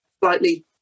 slightly